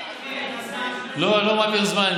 אני לא מעביר זמן,